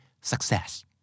success